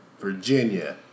Virginia